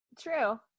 true